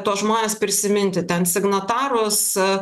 tuos žmones prisiminti ten signatarus